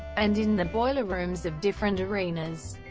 and in the boiler rooms of different arenas.